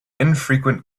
infrequent